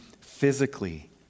physically